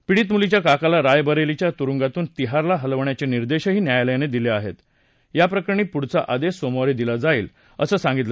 पीडित मुलीच्या काकाला रायबरेलीच्या तुरुंगातून तिहारला हलवण्याचे निर्देशही न्यायालयानं दिले आणि याप्रकरणी पुढचा आदेश सोमवारी दिला जाईल असं सांगितलं